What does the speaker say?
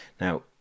now